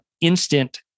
instant